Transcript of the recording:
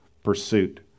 pursuit